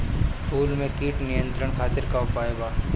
फूल में कीट नियंत्रण खातिर का उपाय बा?